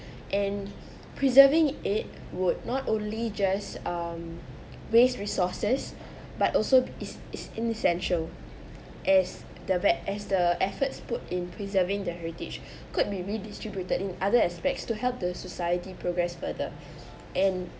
and preserving it would not only just um waste resources but also is is inessential as the ve~ as the efforts put in preserving the heritage could be redistributed in other aspects to help the society progress further and